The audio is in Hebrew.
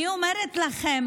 אני אומרת לכם,